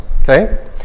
okay